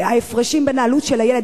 ההפרשים בין העלות של הילד,